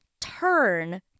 turn